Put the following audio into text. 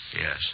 Yes